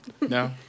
No